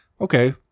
Okay